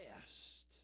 best